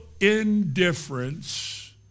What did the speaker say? indifference